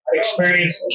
experience